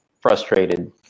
frustrated